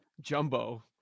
Jumbo